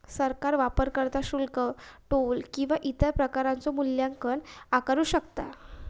सरकार वापरकर्ता शुल्क, टोल किंवा इतर प्रकारचो मूल्यांकन आकारू शकता